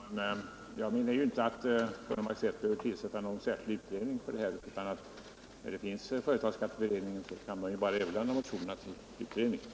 Herr talman! Jag menar ju inte att Kungl. Maj:t behöver tillsätta någon särskild utredning för detta, utan när företagsskatteberedningen finns kan man bara överlämna motionerna till den för beaktande.